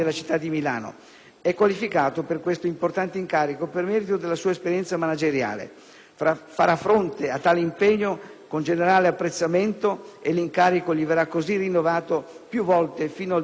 È qualificato per questo importante incarico per merito della sua esperienza manageriale. Farà fronte a tale impegno con generale apprezzamento e l'incarico gli verrà così rinnovato più volte fino al 2007.